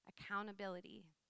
Accountability